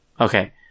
Okay